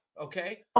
Okay